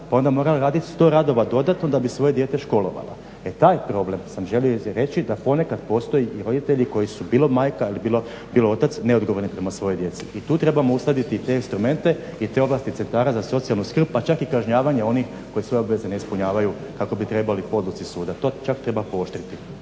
je onda morala raditi sto radova dodatno da bi svoje dijete školovala. E taj problem sam želio reći da ponekad postoje roditelji koji su bilo majka ili bilo otac neodgovorni prema svojoj djeci i tu trebamo uskladiti te instrumente i te oblasti centara za socijalnu skrbi pa čak i kažnjavanje onih koji svoje obveze ne ispunjavaju kako bi trebali po odluci suda, to čak treba pooštriti.